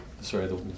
sorry